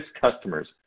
customers